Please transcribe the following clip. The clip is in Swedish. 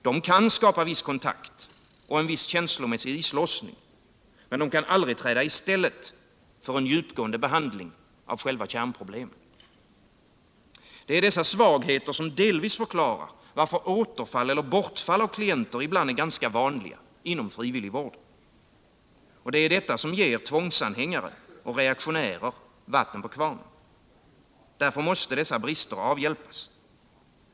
De kan skapa viss kontakt och en viss känslomässig islossning men aldrig träda i stället för en djupgående behandling av själva kärnproblemen. Dessa svagheter förklarar delvis varför återfall eller bortfall av klienter ibland är ganska vanliga inom frivilligvården. Det är detta som ger tvångsanhängare och reaktionärer vatten på kvarnen. Därför måste dessa brister avhjälpas.